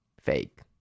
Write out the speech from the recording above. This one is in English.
fake